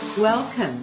Welcome